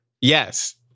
Yes